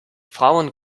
frauen